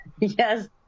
Yes